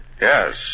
Yes